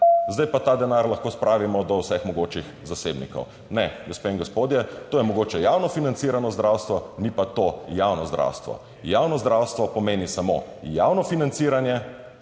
zdaj pa ta denar lahko spravimo do vseh mogočih zasebnikov. Ne, gospe in gospodje, to je mogoče javno financirano zdravstvo, ni pa to javno zdravstvo. Javno zdravstvo pomeni samo javno financiranje